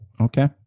Okay